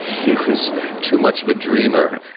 he was too much of a dreamer.